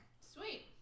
Sweet